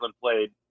played